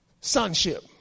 Sonship